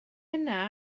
yna